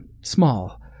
small